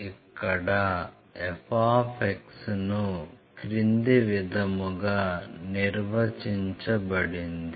ఇక్కడ f ను క్రింది విధముగా నిర్వచించబడింది